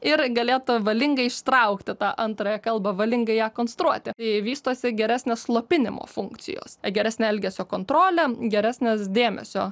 ir galėtų valingai ištraukti tą antrąją kalbą valingai ją konstruoti tai vystosi geresnės slopinimo funkcijos geresnė elgesio kontrolė geresnės dėmesio